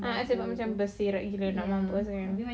ah sebab bersih sangat mampus kan